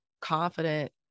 confident